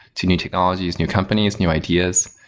to new technologies, new companies, new ideas.